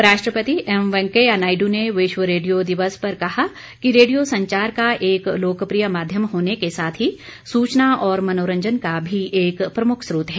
उपराष्ट्रपति एम वेंकैया नायड़ ने विश्व रेडियो दिवस पर कहा कि रेडियो संचार का एक लोकप्रिय माध्यम होने के साथ ही सुचना और मनोरंजन का भी एक प्रमुख स्रोत है